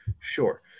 Sure